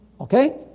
Okay